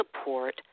support